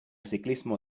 ciclismo